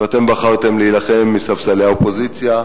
ואתם בחרתם להילחם מספסלי האופוזיציה.